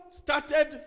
started